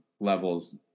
levels